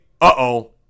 uh-oh